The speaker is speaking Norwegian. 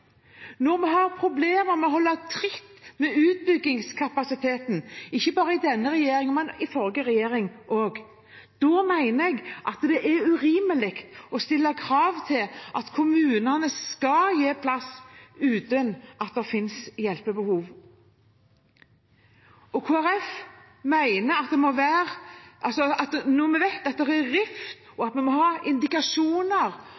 når vi har problemer med å holde tritt med utbyggingskapasiteten – ikke bare under denne regjeringen, men også under forrige regjering – da mener jeg det er urimelig å kreve at kommunene skal gi plass uten at det finnes hjelpebehov. Når vi vet at det er rift om plassene, og at vi må ha indikasjoner og spesifikasjoner for at